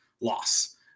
loss